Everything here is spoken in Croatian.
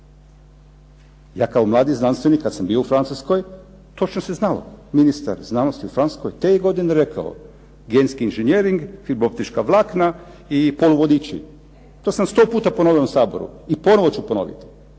Ja kao mladi znanstvenik kad sam bio u Francuskoj točno se znalo ministar znanosti u Francuskoj te je godine rekao genski inžinjering, .../Govornik se ne razumije./... vlakna i poluvodiči. To sam sto puta ponovio ovom Saboru i ponovo ću ponoviti.